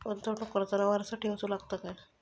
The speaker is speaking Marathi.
गुंतवणूक करताना वारसा ठेवचो लागता काय?